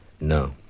No